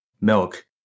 Milk